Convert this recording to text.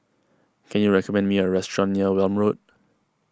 can you recommend me a restaurant near Welm Road